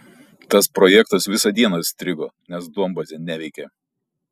tas projektas visą dieną strigo nes duombazė neveikė